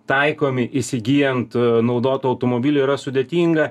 taikomi įsigyjant naudotą automobilį yra sudėtinga